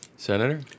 Senator